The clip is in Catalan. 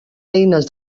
eines